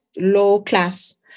low-class